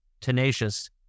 tenacious